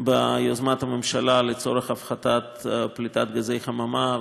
ביוזמת הממשלה לצורך הפחתת פליטת גזי חממה,